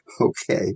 Okay